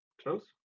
close